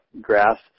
grass